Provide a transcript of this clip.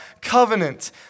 covenant